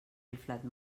inflat